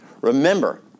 remember